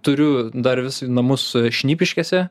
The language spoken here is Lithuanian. turiu dar vis namus šnipiškėse